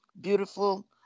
beautiful